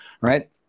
right